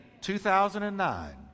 2009